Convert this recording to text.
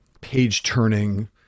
page-turning